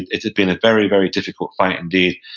it had been a very, very difficult fight indeed.